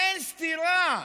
אין סתירה,